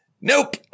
Nope